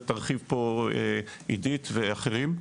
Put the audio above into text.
ותרחיב פה עידית ואחרים.